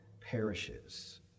perishes